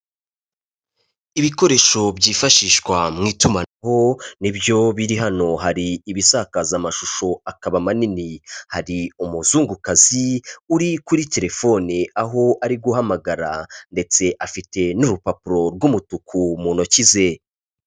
Ibikoresho byifashishwa mu itumanaho ni byo biri hano, hari ibisakaza amashusho akaba manini, hari umuzungukazi uri kuri telefone, aho ari guhamagara ndetse afite n'urupapuro rw'umutuku mu ntoki ze.